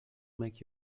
make